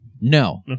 No